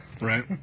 Right